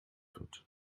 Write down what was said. wird